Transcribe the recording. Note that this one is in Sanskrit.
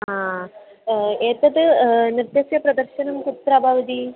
हा एतत् नृत्यस्य प्रदर्शनं कुत्र भवति